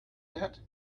that